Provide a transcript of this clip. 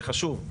זה חשוב.